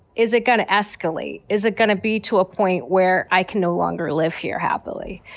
is it going to escalate? is it going to be to a point where i can no longer live here happily?